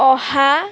অহা